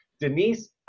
Denise